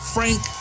Frank